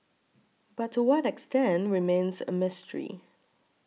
but to what extent remains a mystery